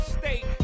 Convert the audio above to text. State